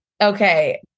Okay